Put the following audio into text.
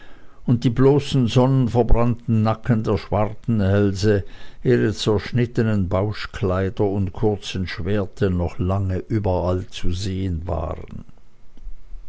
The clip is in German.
und die bloßen sonnverbrannten nacken der schwartenhälse ihre zerschnittenen bauschkleider und kurzen schwerter noch langehin überall zu sehen waren